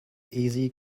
easy